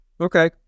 Okay